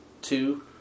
Two